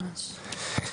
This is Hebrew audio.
ממש.